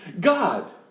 God